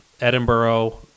Edinburgh